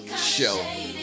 show